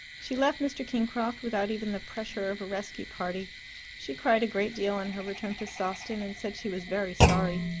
she left mr. kingcroft without even the pressure of a rescue-party. she cried a great deal on her return to sawston, and said she was very sorry.